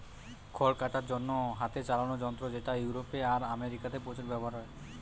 খড় কাটার জন্যে হাতে চালানা যন্ত্র যেটা ইউরোপে আর আমেরিকাতে প্রচুর ব্যাভার হয়